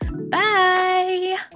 Bye